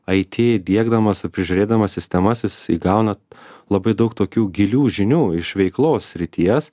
aiti diegdamas ir prižiūrėdamas sistemas jis įgauna labai daug tokių gilių žinių iš veiklos srities